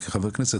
כחבר כנסת,